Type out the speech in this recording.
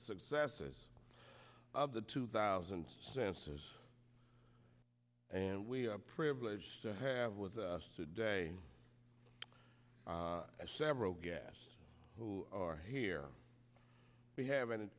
successes of the two thousand census and we are privileged to have with us today several gas who are here we have